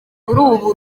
ubu